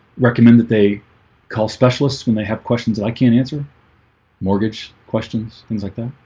recommend that they call specialists when they have questions that i can't answer mortgage questions things like that